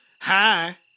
Hi